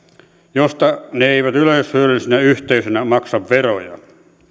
joista ne eivät yleishyödyllisinä yhteisöinä maksa veroja